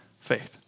faith